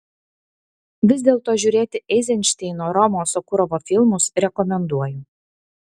vis dėlto žiūrėti eizenšteino romo sokurovo filmus rekomenduoju